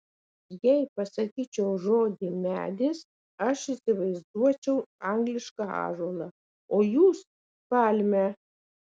jei pasakyčiau žodį medis aš įsivaizduočiau anglišką ąžuolą o jūs palmę